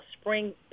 spring